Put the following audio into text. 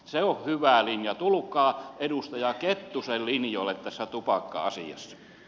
se on hyvä linja tulkaa edustaja kettusen linjoille tässä tupakka asiassa